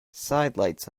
sidelights